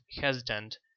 hesitant